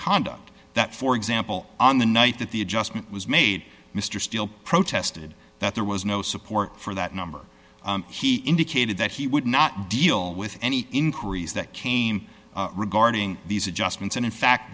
conduct that for example on the night that the adjustment was made mr steele protested that there was no support for that number he indicated that he would not deal with any inquiries that came regarding these adjustments and in fact